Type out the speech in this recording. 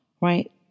right